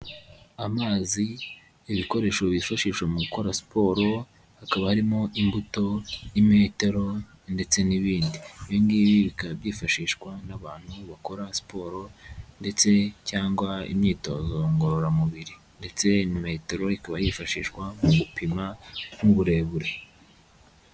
Amazi, ibikoresho bifashisha mu gukora siporo, hakaba arimo imbuto, imetero ndetse n'ibindi, ibi ngibi bikaba byifashishwa n'abantu bakora siporo ndetse cyangwa imyitozo ngororamubiri, ndetse metero ikaba yifashishwa mu gupimwa nk'uburebure.